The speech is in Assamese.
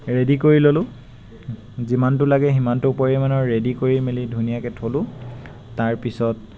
ৰেডী কৰি ল'লোঁ যিমানটো লাগে সিমানটো পৰিমাণৰ ৰেডী কৰি মেলি ধুনীয়াকৈ থ'লোঁ তাৰপিছত